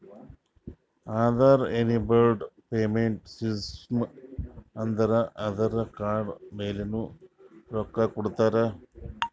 Aadhaar enabled payment system ಅಂದುರ್ Aadhaar card ಮ್ಯಾಲನು ರೊಕ್ಕಾ ಕೊಡ್ತಾರ